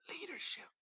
leadership